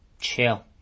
Chill